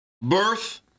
Birth